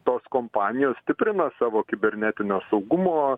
tos kompanijos stiprina savo kibernetinio saugumo